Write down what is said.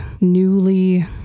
newly